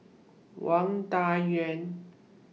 Wang Dayuan